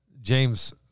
James